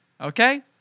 okay